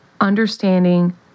understanding